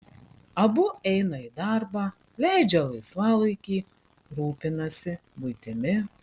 abu eina į darbą leidžia laisvalaikį rūpinasi buitimi